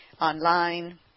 online